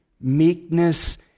meekness